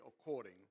according